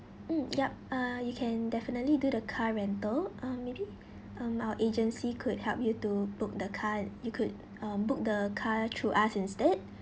mm yup uh you can definitely do the car rental uh maybe um our agency could help you to book the car you could um book the car through us instead